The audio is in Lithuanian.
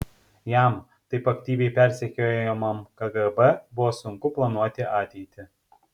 jam taip aktyviai persekiojamam kgb buvo sunku planuoti ateitį